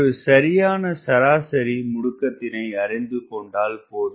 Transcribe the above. ஒரு சரியான சராசரி முடுக்கத்தினை அறிந்துகொண்டால் போதும்